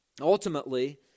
Ultimately